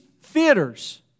theaters